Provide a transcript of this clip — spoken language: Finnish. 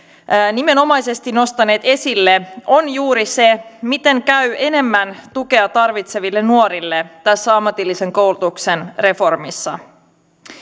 nimenomaisesti nostaneet esille on juuri se miten käy enemmän tukea tarvitseville nuorille tässä ammatillisen koulutuksen reformissa